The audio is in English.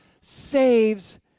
saves